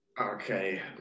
Okay